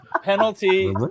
Penalty